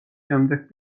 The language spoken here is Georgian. შემდეგ